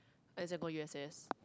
except for U_S_S